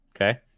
Okay